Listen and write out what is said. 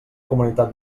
comunitat